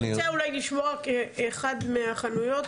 תרצה אולי לשמוע אחת מהחנויות?